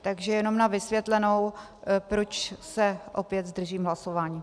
Takže jenom na vysvětlenou, proč se opět zdržím hlasování.